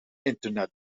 internet